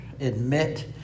admit